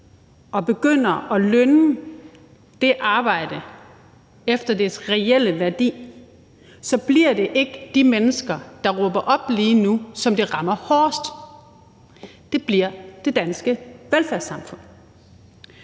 og begynder at lønne det arbejde efter dets reelle værdi, så bliver det ikke de mennesker, der råber op lige nu, som det rammer hårdest, for det bliver det danske velfærdssamfund.